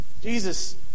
Jesus